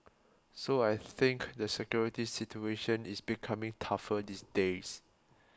so I think the security situation is becoming tougher these days